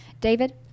David